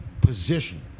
position